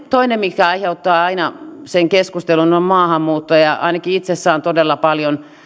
toinen mikä aiheuttaa aina keskustelun on maahanmuutto ainakin itse saan todella